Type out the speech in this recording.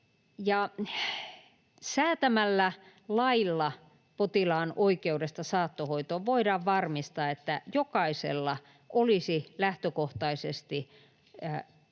Säätämällä lailla potilaan oikeudesta saattohoitoon voidaan varmistaa, että jokaisella olisi lähtökohtaisesti